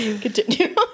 Continue